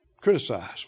criticize